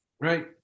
Right